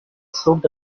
soaked